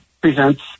presents